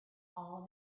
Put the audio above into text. all